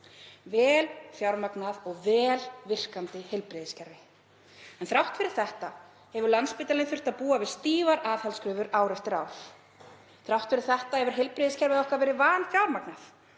vel fjármagnað og vel virkandi heilbrigðiskerfi. Þrátt fyrir þetta hefur Landspítalinn þurft að búa við stífar aðhaldskröfur ár eftir ár. Þrátt fyrir þetta hefur heilbrigðiskerfið okkar verið vanfjármagnað.